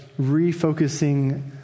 refocusing